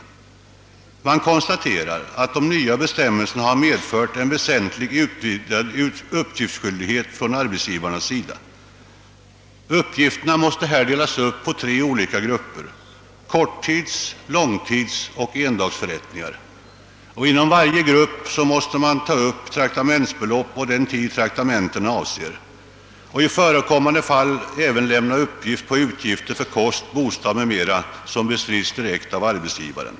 Utskottet konstaterar att de nya bestämmelserna medfört en väsenligt utvidgad uppgiftsskyldighet från arbetsgivarnas sida. Uppgifterna måste här delas upp på tre olika grupper: korttids-, långtidsoch endagsförrättningar. Inom varje grupp måste man ta upp traktamentsbelopp och den tid traktamentena avser. I förekommande fall skall även uppgift lämnas om utgifter för kost, bostad m.m., som bestritts direkt av arbetsgivaren.